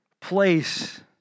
place